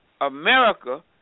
America